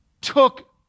took